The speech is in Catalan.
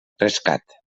rescat